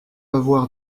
avoir